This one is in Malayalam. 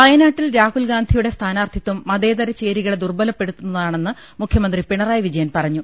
വയനാട്ടിൽ രാഹുൽഗാന്ധിയുടെ സ്ഥാനാർത്ഥിത്വം മതേതര ചേരികളെ ദുർബലപ്പെടുത്തുന്നതാണെന്ന് മുഖ്യമന്ത്രി പിണറായി വിജയൻ പറഞ്ഞു